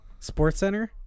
SportsCenter